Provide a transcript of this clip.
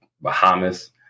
Bahamas